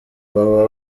baba